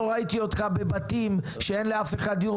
לא ראיתי אותך בבתים כשאין לאף אחד דיור